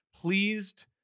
Pleased